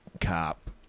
cop